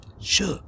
Sure